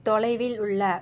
தொலைவில் உள்ள